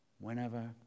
whenever